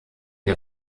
der